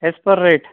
as per rate